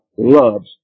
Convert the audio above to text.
Loves